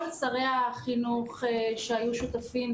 כל שרי החינוך שהיו שותפים,